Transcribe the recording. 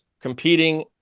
competing